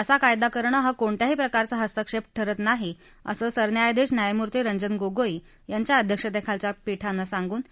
असा कायदा करणं हा कोणत्याही प्रकारचा हस्तक्षेप ठरत नाही असं सांगत सरन्यायाधीश न्यायमूर्ती रंजन गोगोई यांच्या अध्यक्षतेखालच्या पीठानं ही याचिका फेटाळून लावली